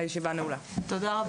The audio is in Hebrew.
הישיבה ננעלה בשעה 11:28.